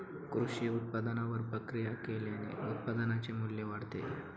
कृषी उत्पादनावर प्रक्रिया केल्याने उत्पादनाचे मू्ल्य वाढते